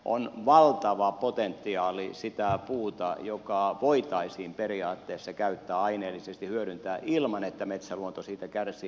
on valtava potentiaali sitä puuta joka voitaisiin periaatteessa käyttää aineellisesti hyödyntää ilman että metsäluonto siitä kärsii